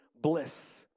bliss